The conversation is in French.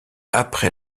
après